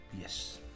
Yes